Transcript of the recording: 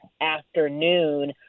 afternoon